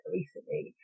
recently